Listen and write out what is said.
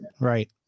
Right